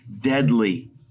deadly